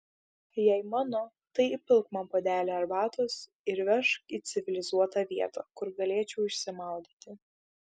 jei mano tai įpilk man puodelį arbatos ir vežk į civilizuotą vietą kur galėčiau išsimaudyti